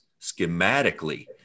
schematically